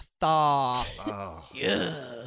thaw